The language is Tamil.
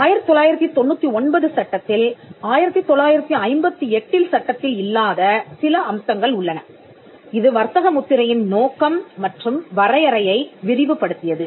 1999 சட்டத்தில் 1958 சட்டத்தில் இல்லாத சில அம்சங்கள் உள்ளன இது வர்த்தக முத்திரையின் நோக்கம் மற்றும் வரையறையை விரிவுபடுத்தியது